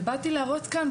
באתי להראות כאן,